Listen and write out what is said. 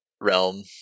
realm